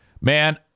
man